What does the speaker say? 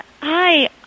Hi